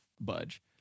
budge